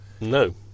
No